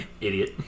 idiot